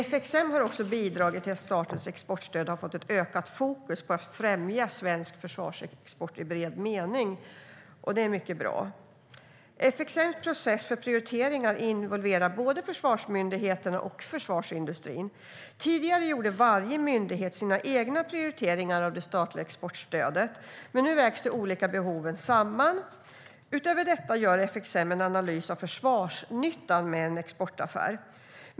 FXM har också bidragit till att statens exportstöd har fått ett ökat fokus på att främja svensk försvarsexport i bred mening. Det är mycket bra. FXM:s process för prioriteringar involverar både försvarsmyndigheterna och försvarsindustrin. Tidigare gjorde varje myndighet sina egna prioriteringar av det statliga exportstödet, men nu vägs de olika behoven samman. Utöver detta gör FXM en analys av försvarsnyttan med en exportaffär.